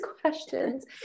questions